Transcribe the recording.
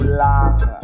long